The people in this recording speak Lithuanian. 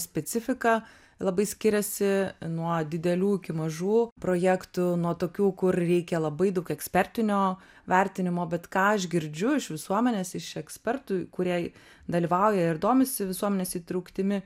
specifika labai skiriasi nuo didelių iki mažų projektų nuo tokių kur reikia labai daug ekspertinio vertinimo bet ką aš girdžiu iš visuomenės iš ekspertų kurie dalyvauja ir domisi visuomenės įtrauktimi